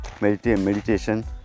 meditation